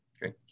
Great